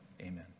Amen